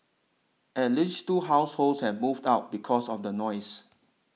at least two households have moved out because of the noise